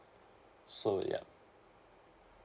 so yeah